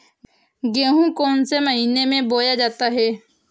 गेहूँ कौन से महीने में बोया जाता है?